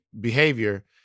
behavior